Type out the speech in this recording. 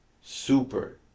Super